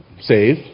save